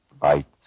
Bites